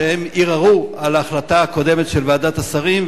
שערערו על ההחלטה הקודמת של ועדת השרים,